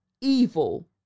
evil